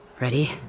Ready